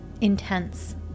intense